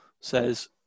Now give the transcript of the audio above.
says